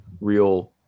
real